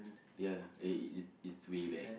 ya it it it's way back